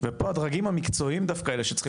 ופה הדרגים המקצועיים הם דווקא אלא שצריכים